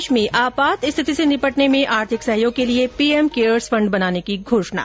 देश में आपात स्थिति से निपटने में आर्थिक सहयोग के लिए पीएम केयर्स फण्ड बनाने की घोषणा